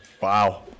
Wow